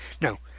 No